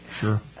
Sure